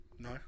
No